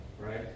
right